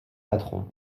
patron